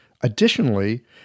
Additionally